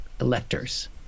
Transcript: electors